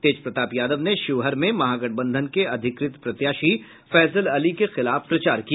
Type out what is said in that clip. तेज प्रताप यादव ने शिवहर में महागठबंधन के अधिकृत प्रत्याशी फैजल अली के खिलाफ प्रचार किया